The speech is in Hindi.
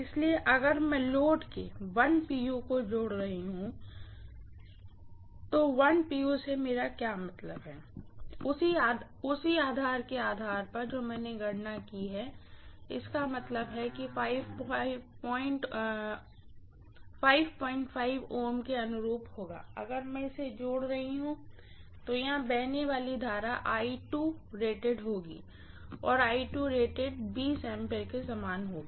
इसलिए अगर मैं लोड के pu को जोड़ रही हूँ तो pu से मेरा क्या मतलब है उसी आधार के आधार पर जो मैंने गणना की है इसका मतलब है कि 55 Ω के अनुरूप होगा अगर मैं इसे जोड़ रही हूँ तो यहां बहने वाली करंट रेटेड होगी और रेटेड A के समान होगी